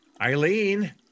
Eileen